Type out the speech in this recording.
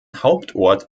hauptort